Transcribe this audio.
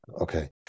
okay